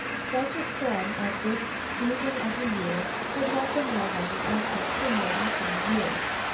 such a storm at this season of the year had not been known on the arctic for more than twenty years.